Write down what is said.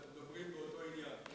אנחנו מדברים באותו עניין.